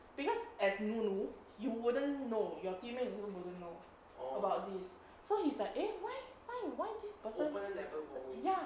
because as nunu you wouldn't know your teammates also wouldn't know about this so he's like eh why why why this person ya